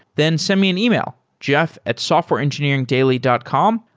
then send me an email, jeff at softwareengineeringdaily dot com.